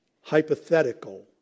hypothetical